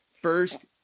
first